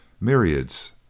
myriads